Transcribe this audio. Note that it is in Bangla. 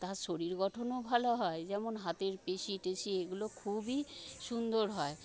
তার শরীর গঠনও ভালো হয় যেমন হাতের পেশি টেশি এগুলো খুবই সুন্দর হয়